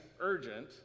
urgent